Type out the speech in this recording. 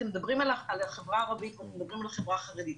אתם מדברים על החברה הערבית ואתם מדברים על החברה החרדית,